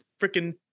freaking